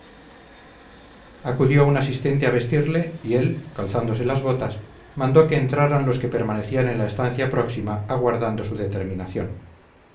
acudió un asistente a vestirle y él calzándose las botas mandó que entraran los que permanecían en la estancia próxima aguardando su determinación